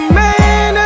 man